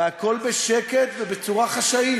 והכול בשקט ובצורה חשאית.